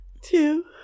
two